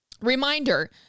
reminder